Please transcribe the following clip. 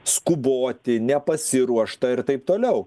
skuboti nepasiruošta ir taip toliau